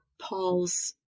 Paul's